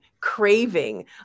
craving